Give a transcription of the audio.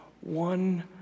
one